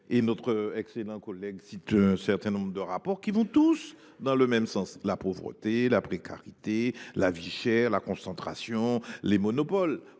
Notre excellente collègue cite un certain nombre de rapports qui vont tous dans le même sens : pauvreté, précarité, vie chère, concentration, monopoles…